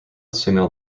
signal